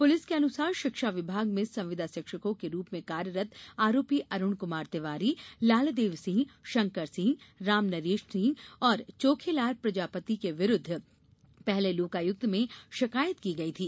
police के अनुसार शिक्षा विभाग में संविदा शिक्षकों के रूप में कार्यरत आरोपी अरुण कुमार तिवारी लालदेव सिंह शंकर सिंह रामनरेश सिंह और चोखेलाल प्रजापति के विरुद्ध पहले लोकायुक्त में शिकायत की गई थी